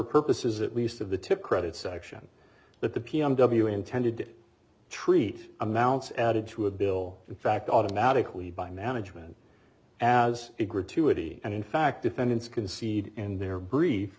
purposes at least of the tip credit section that the pm w intended treat amounts added to a bill in fact automatically by management as a gratuitous and in fact defendants concede in their brief